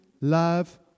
love